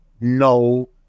no